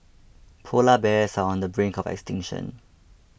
Polar Bears are on the brink of extinction